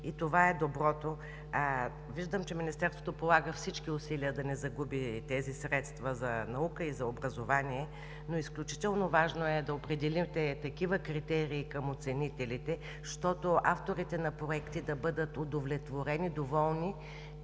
и това е доброто. Виждам, че Министерството полага всички усилия да не загуби тези средства за наука и за образование, но изключително важно е да определите такива критерии към оценителите, щото авторите на проекти да бъдат удовлетворени, доволни